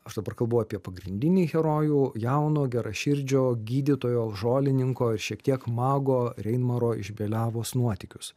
aš dabar kalbu apie pagrindinį herojų jauno geraširdžio gydytojo žolininko ir šiek tiek mago reinmaro iš beliavos nuotykius